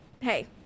hey